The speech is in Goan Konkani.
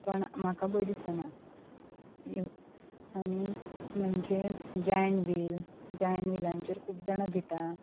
पूण म्हाका भंय दिसना आनी म्हणजे जायण विल जायण विलांचेर खूब जाणां भितां